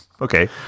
Okay